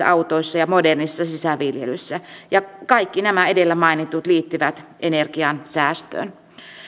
autoissa ja modernissa sisäviljelyssä ja kaikki nämä edellä mainitut liittyvät energiansäästöön